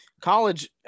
college